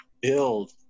build